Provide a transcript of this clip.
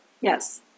Yes